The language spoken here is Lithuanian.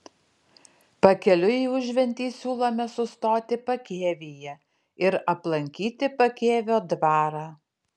pakeliui į užventį siūlome sustoti pakėvyje ir aplankyti pakėvio dvarą